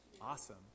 Awesome